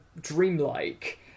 dreamlike